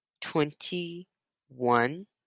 twenty-one